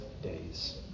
Days